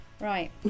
Right